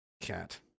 cat